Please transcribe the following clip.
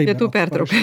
pietų pertrauka